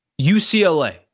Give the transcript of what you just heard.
UCLA